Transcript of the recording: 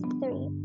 three